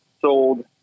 sold